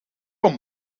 een